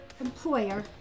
employer